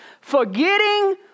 forgetting